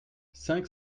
cinq